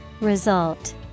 Result